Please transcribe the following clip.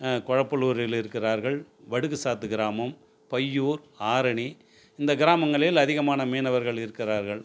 கொலப்புளூரில் இருக்கிறார்கள் வடுகு சாத்து கிராமம் பையூர் ஆரணி இந்த கிராமங்களில் அதிகமான மீனவர்கள் இருக்கிறார்கள்